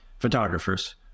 photographers